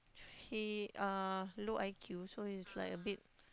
he uh low I_Q so he's like a bit